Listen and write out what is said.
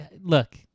look